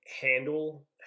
handle